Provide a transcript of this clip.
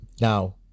Now